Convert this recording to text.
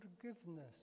forgiveness